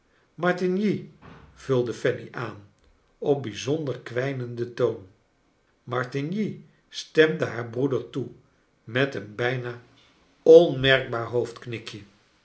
martigny vulde fanny aan op bijzonder kwijnenden toon martigny stemde haar broeder toe met een bijna onmerkbaar hoofdknikje